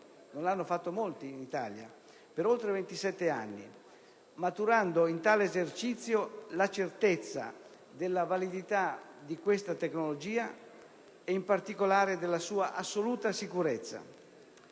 non l'hanno fatto molti in Italia - per oltre ventisette anni, maturando in tale esercizio la certezza della validità di questa tecnologia e, in particolare, della sua assoluta sicurezza.